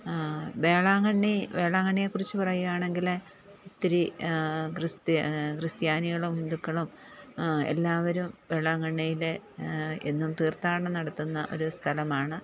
വേളാങ്കണ്ണി വേളാങ്കണ്ണിയെ കുറിച്ച് പറയുകയാണെങ്കില് ഒത്തിരി ക്രിസ്ത്യ ക്രിസ്ത്യാനികളും ഹിന്ദുക്കളും എല്ലാവരും വേളാങ്കണ്ണിയിലെ എന്നും തീർത്ഥാടനം നടത്തുന്ന ഒരു സ്ഥലമാണ്